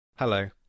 Hello